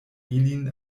ilin